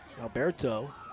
Alberto